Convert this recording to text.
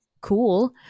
cool